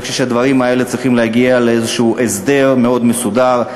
אני חושב שהדברים האלה צריכים להגיע לאיזה הסדר מאוד מסודר.